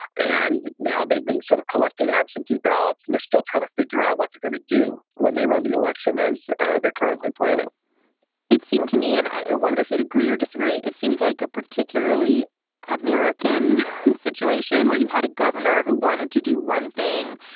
and now they've been sort of collecting absentee ballots and they're still trying to figure out what they're going to do when they run the election as ah they're currently planning it seemed to me and i ah wonder if you'd agree or disagree. it seems like a particularly american situation where you had a governor who wanted to do one thing.